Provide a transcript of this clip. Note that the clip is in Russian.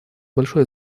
большое